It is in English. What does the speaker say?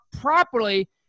properly